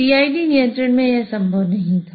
PID नियंत्रण में यह संभव नहीं था